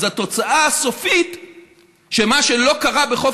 אז התוצאה הסופית שמה שלא קרה בחוף